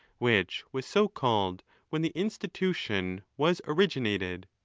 which was so called when the institution was originated.